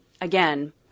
Again